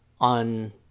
on